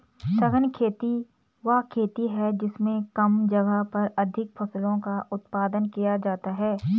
सघन खेती वह खेती है जिसमें कम जगह पर अधिक फसलों का उत्पादन किया जाता है